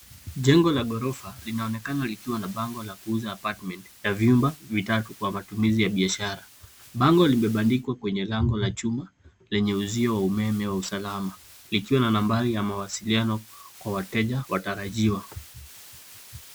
Jengo la ghorofa linaonekana likiwa bango la kuuza apartment na vyumba vitatu kwa matumizi ya biashara. Bango limebandikwa kwenye lango la chuma lenye uzio wa umeme wa usalama likiwa na nambari ya mawasiliano kwa wateja watarajiwa.